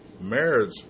marriage